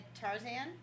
Tarzan